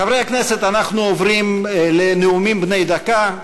חברי הכנסת, אנחנו עוברים לנאומים בני דקה.